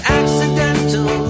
accidental